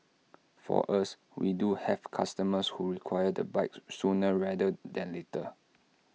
for us we do have customers who require the bike sooner rather than later